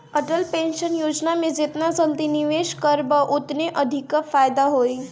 Atal pension Yojana में जेतना जल्दी निवेश करबअ ओतने अधिका फायदा होई